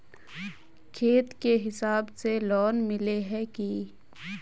खेत के हिसाब से लोन मिले है की?